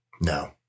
No